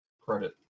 credit